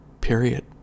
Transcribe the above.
Period